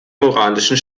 moralischen